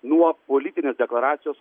nuo politinės deklaracijos